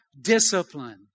discipline